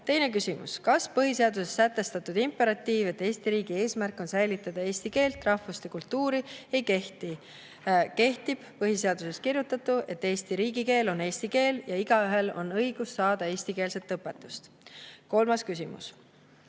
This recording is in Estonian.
Teine küsimus: kas põhiseaduses sätestatud imperatiiv, et Eesti riigi eesmärk on säilitada eesti keelt, rahvust ja kultuuri, ei kehti? Kehtib põhiseaduses kirjutatu, et Eesti riigikeel on eesti keel ja igaühel on õigus saada eestikeelset õpetust. Kolmas küsimus: